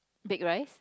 bake rice